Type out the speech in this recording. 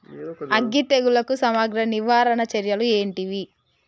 అగ్గి తెగులుకు సమగ్ర నివారణ చర్యలు ఏంటివి?